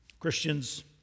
Christians